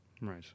Right